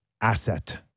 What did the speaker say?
asset